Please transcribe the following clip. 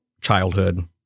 childhood –